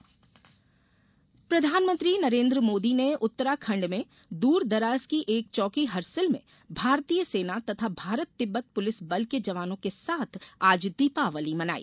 मोदी दीपावली प्रधानमंत्री नरेन्द्र मोदी ने उत्तराखंड में दूर दराज की एक चौकी हरसिल में भारतीय सेना तथा भारत तिब्बत पूलिस बल के जवानों के साथ आज दीपावली मनाई